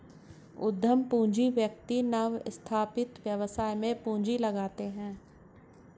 उद्यम पूंजी व्यक्ति नवस्थापित व्यवसाय में पूंजी लगाते हैं